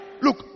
Look